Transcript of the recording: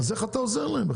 אז איך אתה עוזר להם?